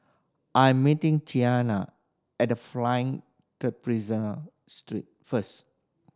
I'm meeting Tiana at The Flying Trapeze street first